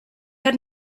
had